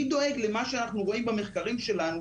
מי דואג למה שאנחנו רואים במחקרים שלנו,